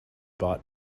bought